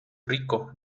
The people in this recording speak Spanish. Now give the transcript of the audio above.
rico